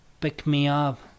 pick-me-up